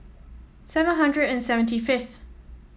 seven hundred and seventy fifth